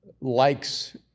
likes